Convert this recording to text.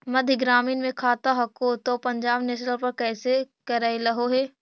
मध्य ग्रामीण मे खाता हको तौ पंजाब नेशनल पर कैसे करैलहो हे?